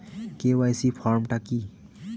KYC form টা কি?